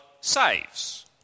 saves